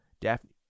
Daphne-